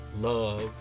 love